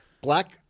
black